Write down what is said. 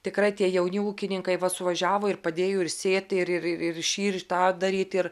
tikrai tie jauni ūkininkai va suvažiavo ir padėjo ir sėti ir ir ir šįryt tą daryti ir